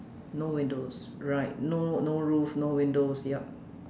no windows right no no roof no windows yup